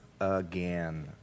again